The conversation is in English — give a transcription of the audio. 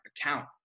account